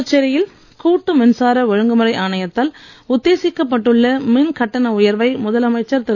புதுச்சேரியில் கூட்டு மின்சார ஒழுங்குமுறை ஆணையத்தால் உத்தேசிக்கப் பட்டுள்ள மின் கட்டண உயர்வை முதலமைச்சர் திரு